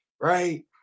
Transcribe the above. right